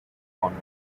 honours